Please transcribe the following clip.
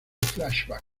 flashback